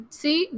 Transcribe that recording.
see